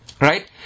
right